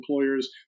employers